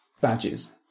badges